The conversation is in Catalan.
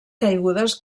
caigudes